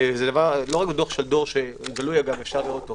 ולא רק בדוח שלדור שגלוי ואפשר לראותו